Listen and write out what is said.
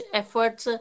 efforts